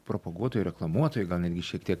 propaguotoją reklamuotoją gal netgi šiek tiek